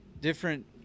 different